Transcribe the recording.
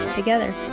together